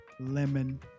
Lemon